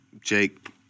Jake